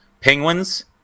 Penguins